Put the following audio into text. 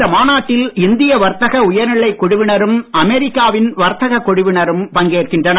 இந்த மாநாட்டில் இந்திய வர்த்தக உயர்நிலைக் குழுவினரும் அமெரிக்காவின் வர்த்தகக் குழுவினரும் பங்கேற்கின்றனர்